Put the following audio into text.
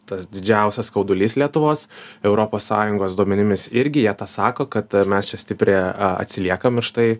tas didžiausias skaudulys lietuvos europos sąjungos duomenimis irgi jie tą sako kad mes čia stipriai atsiliekam ir štai